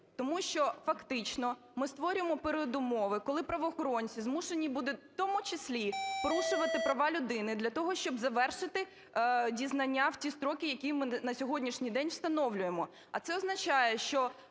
Тому що фактично ми створюємо передумови, коли правоохоронці змушені будуть, у тому числі, порушувати права людини для того, щоб завершити дізнання в ті строки, які ми на сьогоднішній день встановлюємо, а це означає, що